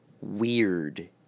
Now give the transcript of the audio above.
weird